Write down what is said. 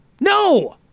No